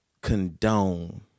condone